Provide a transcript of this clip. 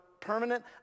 permanent